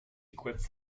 equipped